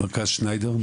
ממרכז שניידר?